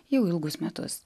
jau ilgus metus